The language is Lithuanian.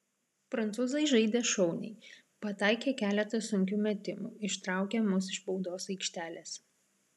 prancūzai žaidė šauniai pataikė keletą sunkių metimų ištraukė mus iš baudos aikštelės